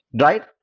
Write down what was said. right